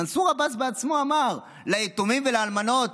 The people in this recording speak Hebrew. מנסור עבאס בעצמו אמר: ליתומים ולאלמנות,